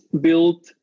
built